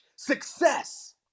success